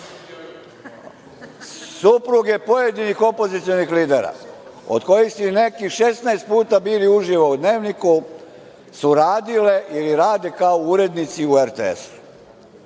Supruge pojedinih opozicionih lidera, od kojih su neki 16 puta bili uživo u dnevniku, su radile ili rade kao urednici na RTS.Sada